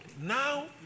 now